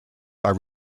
are